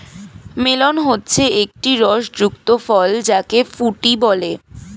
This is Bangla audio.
মেলন হচ্ছে একটি রস যুক্ত ফল যাকে ফুটি বলে